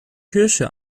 kirche